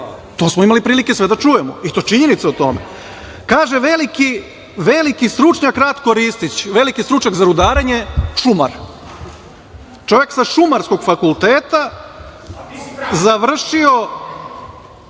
To smo imali prilike sve da čujemo, i to činjenice o tome. Kaže veliki stručnjak Ratko Ristić, veliki stručak za rudarenje, šumar, čovek sa Šumarskog fakulteta, završio